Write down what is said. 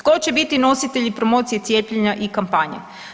Tko će biti nositelji promocije cijepljenja i kampanje?